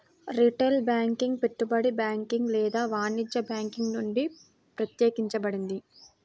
retail banking పెట్టుబడి banking లేదా వాణిజ్య బ్యాంకింగ్ నుండి ప్రత్యేకించబడింది